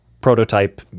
prototype